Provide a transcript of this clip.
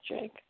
Jake